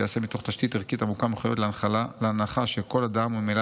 שייעשה מתוך תשתית ערכית עמוקה המחויבת להנחה שלכל אדם וממילא